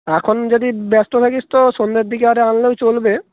এখন যদি ব্যস্ত থাকিস তো সন্ধ্যের দিকে আনলেও চলবে